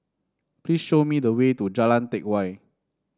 please show me the way to Jalan Teck Whye